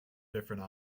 different